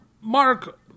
Mark